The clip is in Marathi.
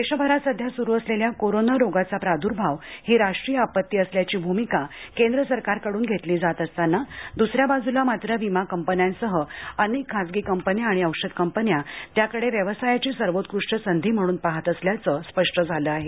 क्रोरोना देशभरात सध्या स्रु असलेल्या कोरोना रोगाचा प्राद्र्भाव ही राष्ट्रीय आपती असल्याची भूमिका केंद्र सरकारकडून घेतली जात असताना द्सऱ्या बाजूला मात्र विमा कंपन्यांसह अनेक खासगी कंपन्या आणि औषध कंपन्या त्याकडे व्यवसायाची सर्वोत्कृष्ठ संधी म्हणून पहात असल्याचंही स्पष्ट झालं आहे